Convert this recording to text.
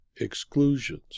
exclusions